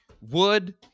wood